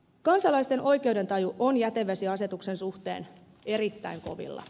kansalaisten oikeudentaju on jätevesiasetuksen suhteen erittäin kovilla